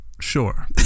Sure